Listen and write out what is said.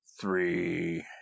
three